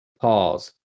pause